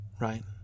right